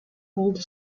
hauled